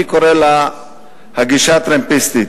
אני קורא לה הגישה הטרמפיסטית.